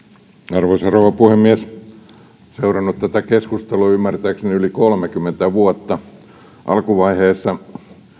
arvoisa rouva puhemies olen seurannut tätä keskustelua ymmärtääkseni yli kolmekymmentä vuotta alkuvaiheessa